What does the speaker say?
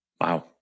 Wow